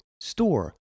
store